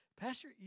Pastor